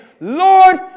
Lord